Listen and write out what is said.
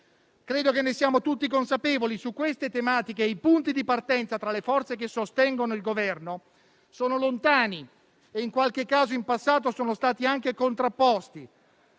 credo che ne siamo tutti consapevoli. Su queste tematiche i punti di partenza tra le forze che sostengono il Governo sono lontani e in qualche caso in passato sono stati anche contrapposti.